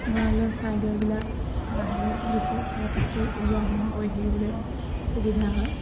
গঁৰালৰ ছাইডৰবিলাক বাঁহেৰে দিছোঁ বতাহটো ওলোৱা সোমোৱা কৰি থাকিবলৈ সুবিধা হয়